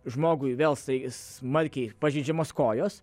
žmogui vėl smarkiai pažeidžiamos kojos